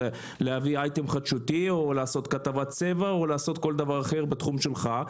להביא אייטם חדשותי או לעשות כתבת צבע או כל דבר אחר בתחום שלך.